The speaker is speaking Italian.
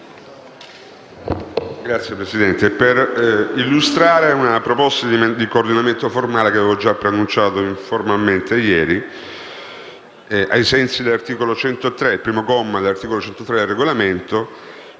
intervengo per illustrare la proposta di coordinamento formale, che avevo già preannunciato informalmente ieri, ai sensi del prima comma dell'articolo 103 del Regolamento,